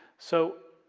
so,